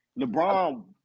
LeBron